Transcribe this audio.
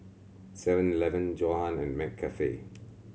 Seven Eleven Johan and McCafe